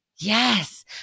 Yes